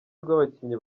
rw’abakinnyi